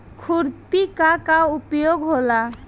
खुरपी का का उपयोग होला?